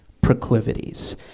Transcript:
proclivities